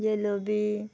jalebi